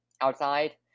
outside